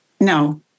No